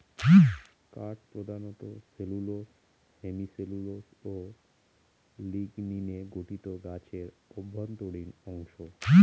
কাঠ প্রধানত cellulose hemicellulose ও লিগনিনে গঠিত গাছের অভ্যন্তরীণ অংশ